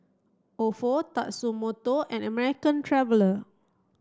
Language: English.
Ofo Tatsumoto and American Traveller